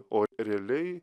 o realiai